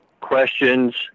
questions